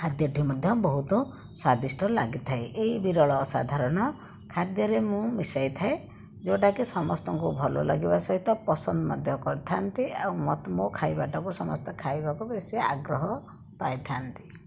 ଖାଦ୍ୟଟି ମଧ୍ୟ ବହୁତ ସ୍ଵାଦିଷ୍ଟ ଲାଗିଥାଏ ଏହି ବିରଳ ଅସାଧାରଣ ଖାଦ୍ୟରେ ମୁଁ ମିଶାଇଥାଏ ଯେଉଁଟାକି ସମସ୍ତଙ୍କୁ ଭଲ ଲାଗିବା ସହିତ ପସନ୍ଦ ମଧ୍ୟ କରିଥାନ୍ତି ଆଉ ମୋ ଖାଇବାଟାକୁ ସମସ୍ତେ ଖାଇବାକୁ ବେଶି ଆଗ୍ରହ ପାଇଥାନ୍ତି